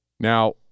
Now